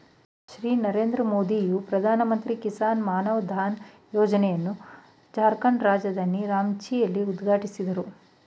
ಶ್ರೀ ನರೇಂದ್ರ ಮೋದಿಯು ಪ್ರಧಾನಮಂತ್ರಿ ಕಿಸಾನ್ ಮಾನ್ ಧನ್ ಯೋಜನೆಯನ್ನು ಜಾರ್ಖಂಡ್ ರಾಜಧಾನಿ ರಾಂಚಿಯಲ್ಲಿ ಉದ್ಘಾಟಿಸಿದರು